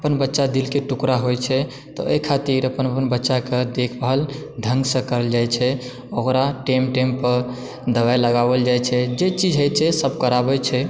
अपन बच्चा दिल के टुकड़ा होइ छै तऽ एहि खातिर अपन अपन बच्चा के देखभाल ढ़ंग सँ करल जाइ छै ओकरा टाइम टाइम पे दवाइ लागओल जाइ छै जे चीज होइ छै सब कराबइ छै